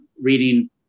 reading